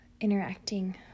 interacting